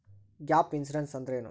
Gap insurance ಅಂದ್ರೇನು?